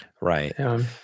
Right